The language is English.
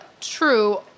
True